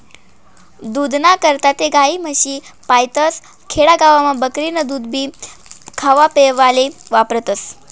दूधना करता ते गायी, म्हशी पायतस, खेडा गावमा बकरीनं दूधभी खावापेवाले वापरतस